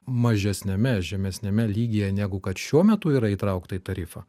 mažesniame žemesniame lygyje negu kad šiuo metu yra įtraukta į tarifą